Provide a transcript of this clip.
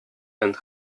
and